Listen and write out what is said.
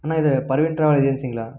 அண்ணா இது பர்வீன் டிராவல் ஏஜென்சிங்களா